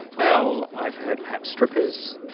well, i've heard perhaps strippers.